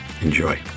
Enjoy